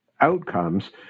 outcomes